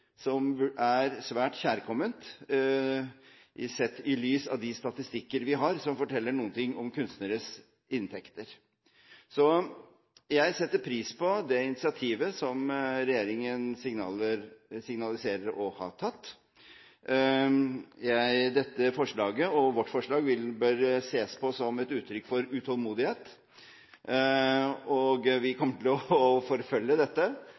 inntekter som er svært kjærkomment sett i lys av de statistikker vi har som forteller noe om kunstneres inntekter. Jeg setter pris på det initiativet som regjeringen signaliserer å ha tatt. Vårt forslag bør ses på som et uttrykk for utålmodighet, og vi kommer til å forfølge dette